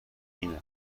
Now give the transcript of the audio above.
این